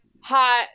hot